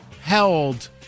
Held